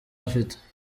ifite